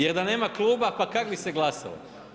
Jer da nema kluba pa kako bi se glasalo?